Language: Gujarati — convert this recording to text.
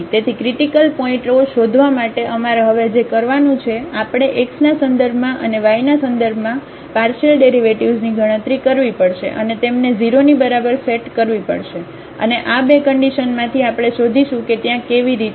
તેથી ક્રિટીકલ પોઇન્ટઓ શોધવા માટે અમારે હવે જે કરવાનું છે આપણે x ના સંદર્ભમાં અને y ના સંદર્ભમાં પાર્શિયલ ડેરિવેટિવ્ઝની ગણતરી કરવી પડશે અને તેમને 0 ની બરાબર સેટ કરવી પડશે અને આ બે કન્ડિશનમાંથી આપણે શોધીશું કે ત્યાં કેવી રીતે છે